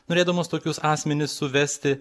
norėdamos tokius asmenis suvesti